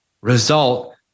result